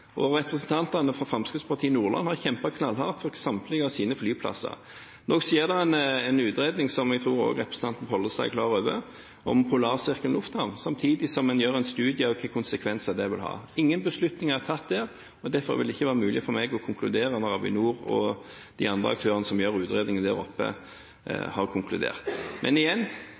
Representantene fra Fremskrittspartiet i Nordland har kjempet knallhardt for samtlige av sine flyplasser. Nå skjer det en utredning som jeg tror også representanten Pollestad er klar over, om Polarsirkelen lufthavn, samtidig som en gjør en studie av hvilke konsekvenser det vil ha. Ingen beslutninger er tatt der, og derfor vil det ikke være mulig for meg å konkludere før Avinor og de andre aktørene som gjør utredninger der oppe,